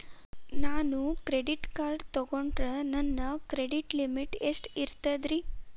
ನಾನು credit card ತೊಗೊಂಡ್ರ ನನ್ನ ಕ್ರೆಡಿಟ್ ಲಿಮಿಟ್ ಎಷ್ಟ ಇರ್ತದ್ರಿ?